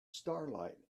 starlight